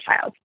child